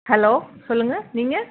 hello சொல்லுங்க நீங்கள்